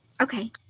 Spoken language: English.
Okay